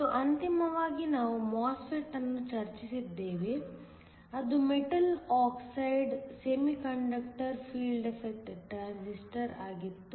ಮತ್ತು ಅಂತಿಮವಾಗಿ ನಾವು MOSFET ಅನ್ನು ಚರ್ಚಿಸಿದ್ದೇವೆ ಅದು metal oxide semiconductor field effect transistor ಆಗಿತ್ತು